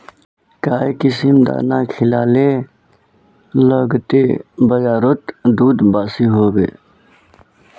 काई किसम दाना खिलाले लगते बजारोत दूध बासी होवे?